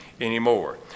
anymore